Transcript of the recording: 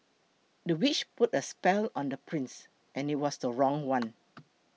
the witch put a spell on the prince and it was the wrong one